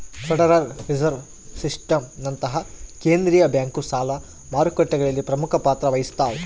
federal reserve ಸಿಸ್ಟಮ್ನಂತಹ ಕೇಂದ್ರೀಯ bank ಸಾಲ ಮಾರುಕಟ್ಟೆಗಳಲ್ಲಿ ಪ್ರಮುಖ ಪಾತ್ರ ವಹಿಸ್ತವ